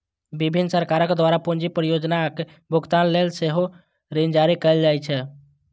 विभिन्न सरकार द्वारा पूंजी परियोजनाक भुगतान लेल सेहो ऋण जारी कैल जाइ छै